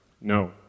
No